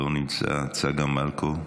לא נמצא, צגה מלקו,